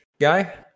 guy